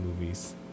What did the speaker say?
movies